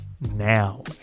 now